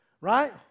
right